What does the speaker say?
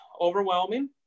overwhelming